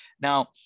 Now